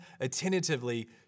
attentively